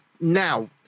now